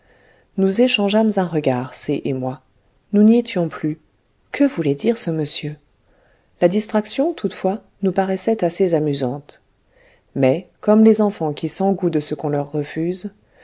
nous échangeâmes un regard c et moi nous n'y étions plus que voulait dire ce monsieur la distraction toutefois nous paraissait assez amusante mais comme les enfants qui s'engouent de ce qu'on leur refuse